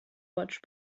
watch